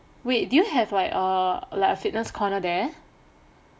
wait do you have like err like a fitness corner there